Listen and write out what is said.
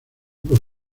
por